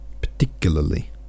particularly